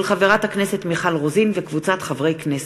של חברת הכנסת מיכל רוזין וקבוצת חברי הכנסת.